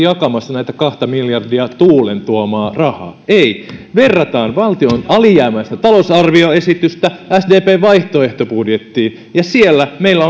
jakamassa näitä kahta miljardia tuulen tuomaa rahaa ei jos verrataan valtion alijäämäistä talousarvioesitystä sdpn vaihtoehtobudjettiin niin siellä meillä